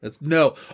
No